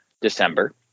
december